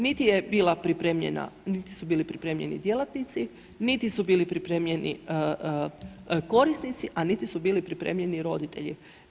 Niti je bila pripremljena, niti su bili pripremljeni djelatnici, niti su bili pripremljeni korisnici a niti su bili pripremljeni roditelji.